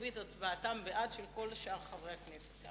חיובי את הצבעתם בעד של כל שאר חברי הכנסת.